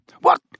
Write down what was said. What